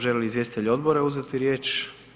Želi li izvjestitelj odbora uzeti riječ?